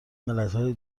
ملتهای